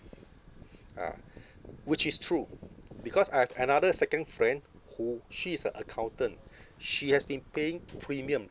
ah which is true because I have another second friend who she is a accountant she has been paying premium